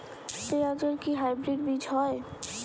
পেঁয়াজ এর কি হাইব্রিড বীজ হয়?